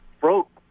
broke